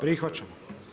Prihvaćamo.